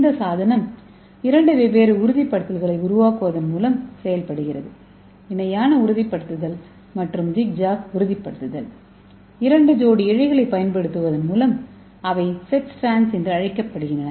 இந்த சாதனம் இரண்டு வெவ்வேறு உறுதிப்படுத்தல்களை உருவாக்குவதன் மூலம் செயல்படுகிறது இணையான உறுதிப்படுத்தல் மற்றும் ஜிக்ஜாக் உறுதிப்படுத்தல் இரண்டு ஜோடி இழைகளைப் பயன்படுத்துவதன் மூலம் அவை செட் ஸ்ட்ராண்ட்ஸ் என அழைக்கப்படுகின்றன